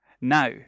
Now